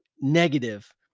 negative